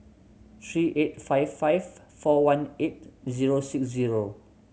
three eight five five four one eight zero six zero